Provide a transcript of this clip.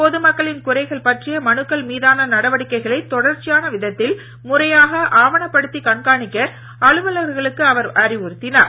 பொது மக்களின் குறைகள் பற்றிய மனுக்கள் மீதான நடவடிக்கைகளை தொடர்ச்சியான விதத்தில் முறையாக ஆவணப்படுத்திக் கண்காணிக்க அலுவலர்களுக்கு அவர் அறிவுறுத்தினார்